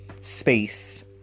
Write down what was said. space